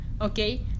okay